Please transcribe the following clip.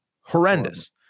horrendous